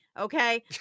Okay